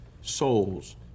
souls